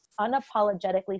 unapologetically